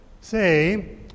Say